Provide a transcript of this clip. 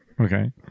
Okay